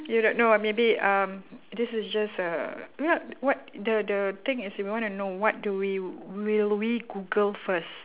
you don't know ah maybe um this is just a what what the the thing is you want to know what do we you will we google first